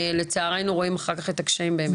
לצערנו רואים אחר כך את הקשיים באמת.